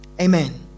Amen